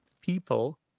people